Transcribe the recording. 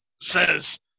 says